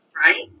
right